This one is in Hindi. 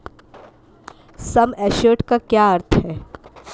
सम एश्योर्ड का क्या अर्थ है?